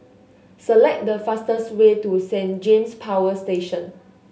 select the fastest way to Saint James Power Station